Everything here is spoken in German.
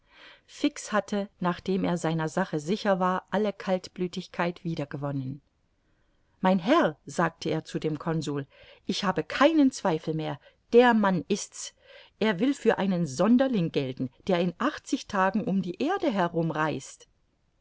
fix hatte nachdem er seiner sache sicher war alle kaltblütigkeit wieder gewonnen mein herr sagte er zu dem consul ich habe keinen zweifel mehr der mann ist's er will für einen sonderling gelten der in achtzig tagen um die erde herum